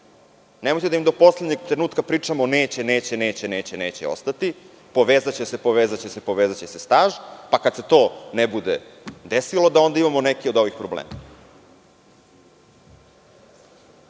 Nemojte da im do poslednjeg trenutka pričamo – neće, neće, neće ostati, povezaće se, povezaće se, povezaće se staža, pa kada se to ne bude desilo, da onda imamo neke od ovih problema. Monopol